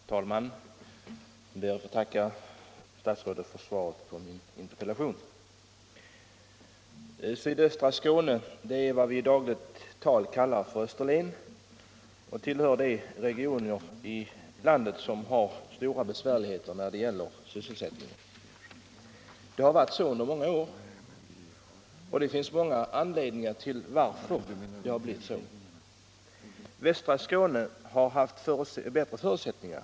Herr talman! Jag ber att få tacka statsrådet för svaret på min interpellation. Sydöstra Skåne — det vi i dagligt tal kallar för Österlen — tillhör de regioner i landet som har stora besvärligheter när det gäller sysselsättningen. Det har varit så under många år, och det finns åtskilliga anledningar till att det blivit så. Västra Skåne har haft bättre förutsättningar.